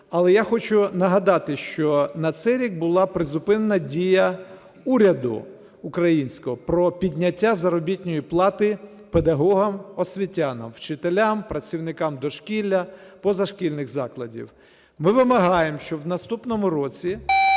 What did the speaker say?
Але я хочу нагадати, що на цей рік була призупинена дія уряду українського про підняття заробітної плати педагогам-освітянам: вчителям, працівникам дошкілля, позашкільних закладів. Ми вимагаємо, щоби в наступному році